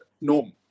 norm